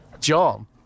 John